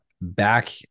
back